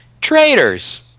traitors